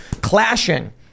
clashing